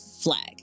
flag